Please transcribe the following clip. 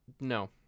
No